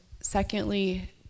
secondly